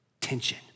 tension